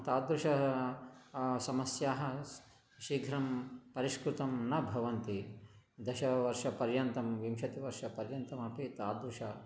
तादृशः समस्याः स् शीघ्रं परिष्कृतं न भवन्ति दशवर्षपर्यन्तं विंशतिवर्षपर्यन्तमपि तादृशः